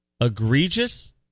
egregious